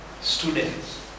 students